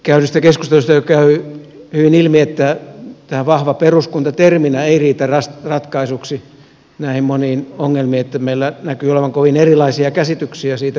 käydystä keskustelusta jo käy hyvin ilmi että tämä vahva peruskunta terminä ei riitä ratkaisuksi näihin moniin ongelmiin että meillä näkyy olevan kovin erilaisia käsityksiä siitä mitä vahvalla peruskunnalla tarkoitetaan